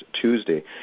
Tuesday